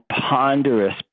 ponderous